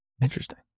Interesting